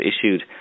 issued